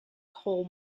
coal